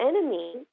enemy